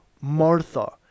Martha